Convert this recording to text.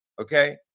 Okay